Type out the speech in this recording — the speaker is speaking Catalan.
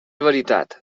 veritat